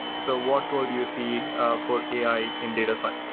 so what will you see for ai in data science?